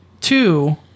two